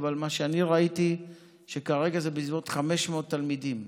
אבל מה שאני ראיתי זה שכרגע זה בסביבות 500 תלמידים,